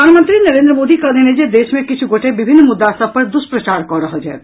प्रधानमंत्री नरेन्द्र मोदी कहलनि अछि जे देश मे किछु गोटे विभिन्न मुद्दा सभ पर दुष्प्रचार कऽ रहल छथि